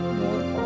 more